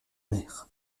mer